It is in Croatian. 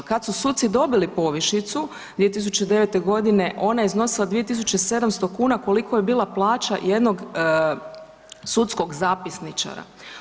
Kad su suci dobili povišicu 2009. godine ona je iznosila 2.700 kuna koliko je bila plaća jednog sudskog zapisničara.